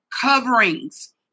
coverings